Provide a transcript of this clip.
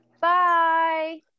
Bye